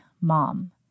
mom